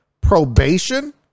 probation